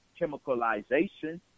chemicalization